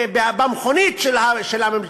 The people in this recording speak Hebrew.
במכונית של הממשלה,